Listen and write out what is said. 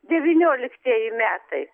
devynioliktieji metai